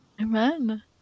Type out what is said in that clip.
Amen